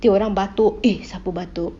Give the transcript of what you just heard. nanti orang batuk eh siapa batuk